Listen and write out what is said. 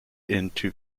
into